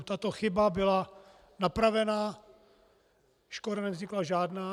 Tato chyba byla napravena, škoda nevznikla žádná.